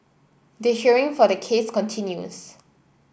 the hearing for the case continues